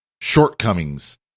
shortcomings